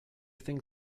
think